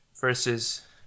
versus